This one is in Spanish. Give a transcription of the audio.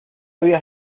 había